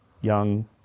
young